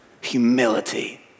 Humility